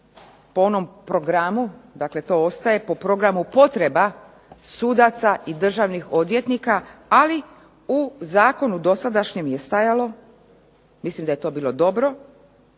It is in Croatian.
po onom programu, dakle to ostaje, po programu potreba sudaca i državnih odvjetnika, ali u zakonu dosadašnjem je stajalo, mislim da je to bilo dobro,